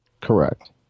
Correct